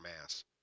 mass